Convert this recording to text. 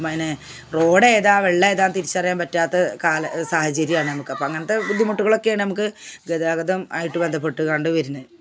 മനെ റോഡേതാണ് വെള്ളമേതാന്ന് തിരിച്ചറിയാന് പറ്റാത്ത കാല സാഹചര്യമാണ് നമുക്ക് അപ്പം അങ്ങനത്തെ ബുദ്ധിമുട്ടുകളൊക്കെയാണ് നമുക്ക് ഗതാഗതം ആയിട്ട് ബന്ധപ്പെട്ട് കാണേണ്ടി വരുന്നത്